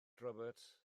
roberts